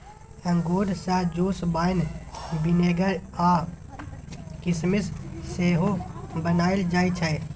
अंगुर सँ juice, wine, vinegar आ किसमिस सेहो बनाएल जाइ छै